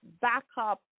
backup